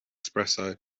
espresso